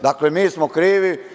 Dakle, mi smo krivi.